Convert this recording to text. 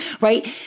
right